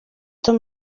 tom